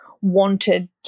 wanted